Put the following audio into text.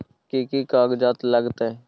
कि कि कागजात लागतै?